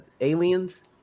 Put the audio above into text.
Aliens